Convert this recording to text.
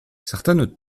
certaines